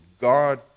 God